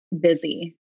busy